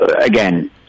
again